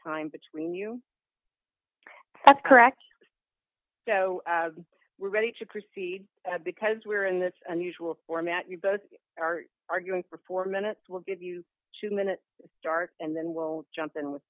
time between you that's correct so we're ready to proceed because we're in this unusual format you both are arguing for four minutes we'll give you two minutes start and then we'll jump in with